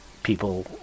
people